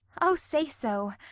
o, say so,